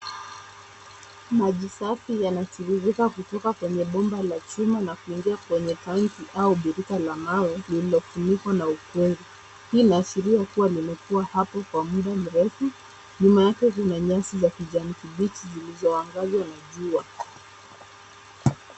Maji safi yanatiririka kutoka kwenye bomba la chuma na kuingia kwenye tanki au birika la mawe lililofunikwa na ukungu. Hii inaashiria kuwa limekuwa hapo kwa muda mrefu. Nyuma yake kuna nyasi ya kijani kibichi zilizoangazwa na jua.